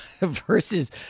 versus